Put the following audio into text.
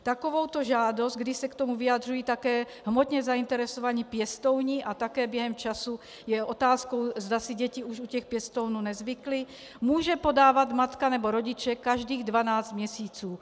Takovouto žádost, kdy se k tomu vyjadřují také hmotně zainteresovaní pěstouni, a také během času je otázkou, zda si děti už u pěstounů nezvykli, může podávat matka nebo rodiče každých 12 měsíců.